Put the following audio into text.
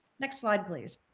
next slide please.